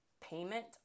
payment